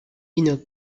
une